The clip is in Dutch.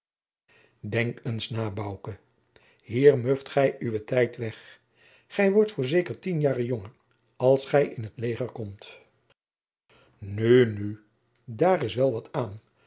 denk eens na bouke hier muft gij uwen tijd weg gij wordt voorzeker tien jaren jonger als gij in t leger komt nu nu daar is wel wat aan